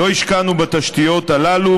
לא השקענו בתשתיות הללו,